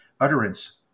utterance